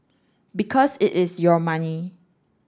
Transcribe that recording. because it is your money